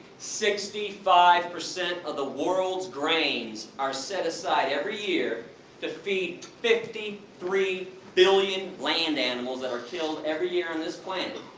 sixty five percent of the worlds grains are set aside every year to feed fifty three billion land animals that are killed every year on this planet.